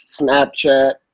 Snapchat